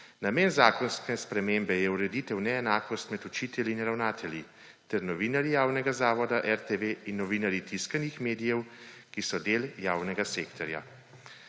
Namen zakonske spremembe je ureditev neenakosti med učitelji in ravnatelji ter novinarji javnega zavoda RTV in novinarji tiskanih medijev, ki so del javnega sektorja,